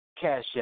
Cash